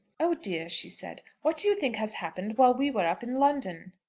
oh, dear, she said, what do you think has happened while we were up in london?